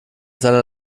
seiner